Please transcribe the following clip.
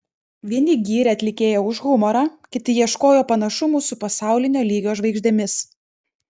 vieni gyrė atlikėją už humorą kiti ieškojo panašumų su pasaulinio lygio žvaigždėmis